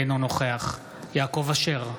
אינו נוכח יעקב אשר,